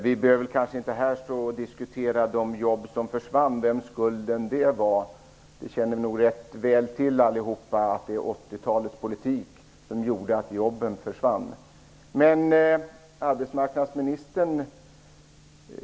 Vi behöver kanske inte här stå och diskutera de jobb som försvann och vems skulden var. Vi känner nog allihopa rätt väl till att det var 80-talets politik som gjorde att jobben försvann.